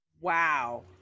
Wow